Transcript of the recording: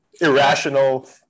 irrational